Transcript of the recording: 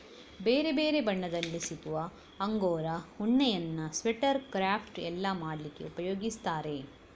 ಬೇರೆ ಬೇರೆ ಬಣ್ಣದಲ್ಲಿ ಸಿಗುವ ಅಂಗೋರಾ ಉಣ್ಣೆಯನ್ನ ಸ್ವೆಟರ್, ಕ್ರಾಫ್ಟ್ ಎಲ್ಲ ಮಾಡ್ಲಿಕ್ಕೆ ಉಪಯೋಗಿಸ್ತಾರೆ